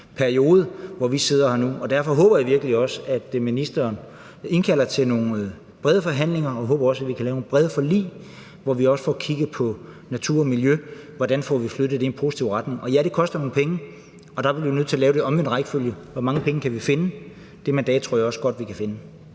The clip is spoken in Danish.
hvor vi sidder her. Derfor håber jeg virkelig også, at ministeren indkalder til nogle brede forhandlinger, og jeg håber, at vi kan lave nogle brede forlig, hvor vi også får kigget på, hvordan vi får flyttet natur og miljø i en positiv retning. Og ja, det koster nogle penge, og der bliver vi nødt til at lave det i omvendt rækkefølge: Hvor mange penge kan vi finde? Det mandat tror jeg også godt vi kan finde.